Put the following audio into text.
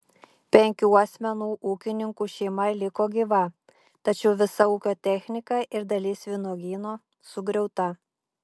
penkių asmenų ūkininkų šeima liko gyva tačiau visa ūkio technika ir dalis vynuogyno sugriauta